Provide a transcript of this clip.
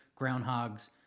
groundhogs